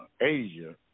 Asia